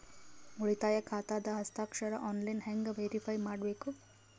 ಉಳಿತಾಯ ಖಾತಾದ ಹಸ್ತಾಕ್ಷರ ಆನ್ಲೈನ್ ಹೆಂಗ್ ವೇರಿಫೈ ಮಾಡಬೇಕು?